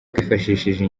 twifashishije